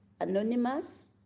Anonymous